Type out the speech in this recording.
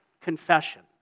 confession